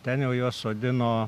ten jau juos sodino